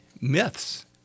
myths